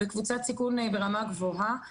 וקבוצת סיכון ברמה גבוהה,